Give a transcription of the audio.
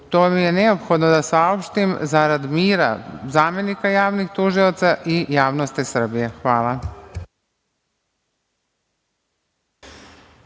je neophodno da saopštim zarad mira zamenika javnih tužilaca i javnosti Srbije. Hvala.